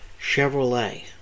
Chevrolet